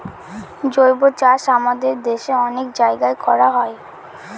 জৈবচাষ আমাদের দেশে অনেক জায়গায় করা হয়